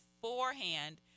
beforehand